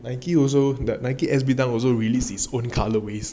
Nike also but Nike S_B dunk also released its own colour waste